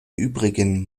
übrigen